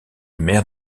maire